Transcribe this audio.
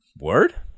Word